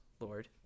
Lord